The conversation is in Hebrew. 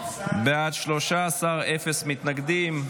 13, אין מתנגדים.